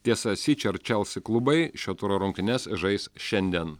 tiesa sičio ir chelsea klubai šio turo rungtynes žais šiandien